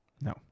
No